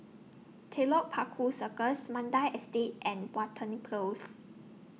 Telok Paku Circus Mandai Estate and Watten Lee Close